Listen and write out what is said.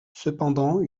cependant